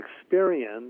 experience